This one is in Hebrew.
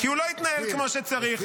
כי הוא לא התנהל כמו שצריך.